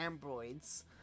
ambroids